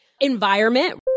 Environment